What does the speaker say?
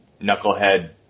knucklehead